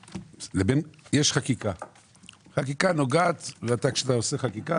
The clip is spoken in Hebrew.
יש חקיקה וכשאתה עושה חקיקה,